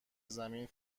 زمین